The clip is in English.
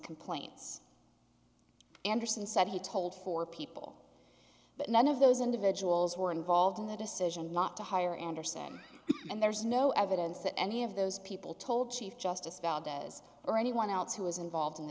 complaints anderson said he told four people but none of those individuals were involved in the decision not to hire andersen and there's no evidence that any of those people told chief justice valdez or anyone else who was involved in the